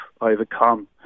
overcome